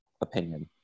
opinion